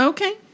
Okay